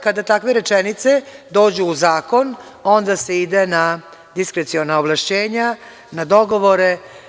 Kada takve rečenice dođu u zakon, onda se ide u diskreciona ovlašćenja, na dogovore.